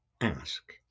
ask